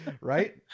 Right